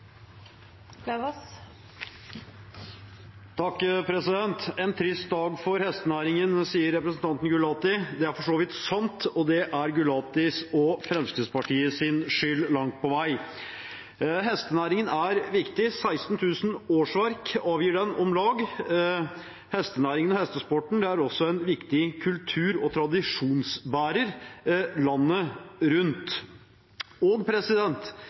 En trist dag for hestenæringen, sier representanten Gulati. Det er for så vidt sant, og det er langt på vei Gulati og Fremskrittspartiets skyld. Hestenæringen er viktig. Om lag 16 000 årsverk avgir den. Hestenæringen og hestesporten er også en viktig kultur- og tradisjonsbærer landet rundt. Hestesporten, hestenæringen, støtter en ansvarlig spillpolitikk og